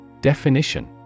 Definition